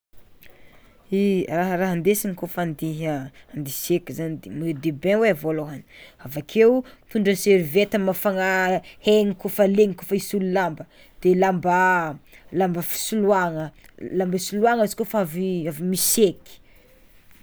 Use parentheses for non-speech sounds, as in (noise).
I raha raha ndesina kôfa ande ande hiseky zany de maillot de bain hoe voalohany, avakeo mitondra seriveta hamafagna hegny kôfa legny kôfa hisolo lamba, de lamba (hesitation) lamba fisoloàgna, lamba hisoloàgna izy kôfa avy avy miseky.